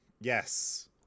Yes